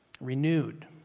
Renewed